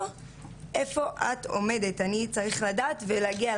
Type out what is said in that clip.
אז באמת גם בטיפול מאוד מאוד קשה לתת לזה שם,